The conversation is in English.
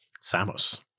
samos